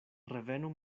revenu